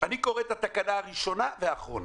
אני קורא את התקנה הראשונה והאחרונה.